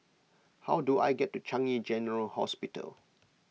how do I get to Changi General Hospital